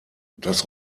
das